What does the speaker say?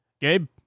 gabe